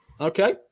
Okay